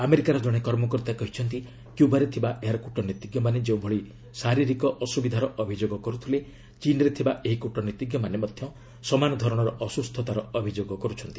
ଆମେରିକାର କଣେ କର୍ମକର୍ତ୍ତା କହିଛନ୍ତି କ୍ୟୁବାରେ ଥିବା ଏହାର କୃଟନୀତିଜ୍ଞମାନେ ଯେଉଁଭଳି ଶାରୀରିକ ଅସୁବିଧାର ଅଭିଯୋଗ କରୁଥିଲେ ଚୀନ୍ରେ ଥିବା ଏହି କୂଟନୀତିଜ୍ଞମାନେ ମଧ୍ୟ ସମାନ ଧରଣର ଅସୁସ୍ଥତାର ଅଭିଯୋଗ କରୁଛନ୍ତି